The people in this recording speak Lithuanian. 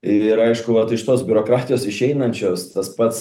ir aišku vat iš tos biurokratijos išeinančios tas pats